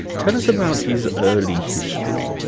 tell us about his early history.